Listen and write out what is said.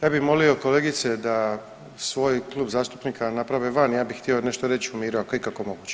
Ja bi molio kolegice da svoj klub zastupnika naprave van ja bi htio nešto reć u miru ako je ikako moguće.